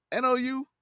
NOU